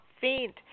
faint